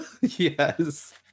Yes